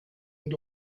and